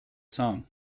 song